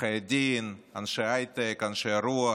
עורכי הדין, אנשי הייטק, אנשי רוח,